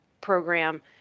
program